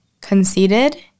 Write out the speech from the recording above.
conceited